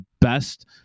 best